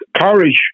courage